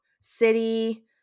city